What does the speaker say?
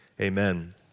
amen